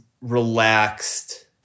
relaxed